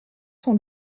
son